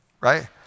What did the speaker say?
right